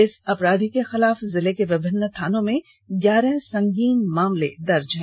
इस अपराधी के खिलाफ जिले के विभिन्न थानों में ग्यारह संगीन मामले दर्ज हैं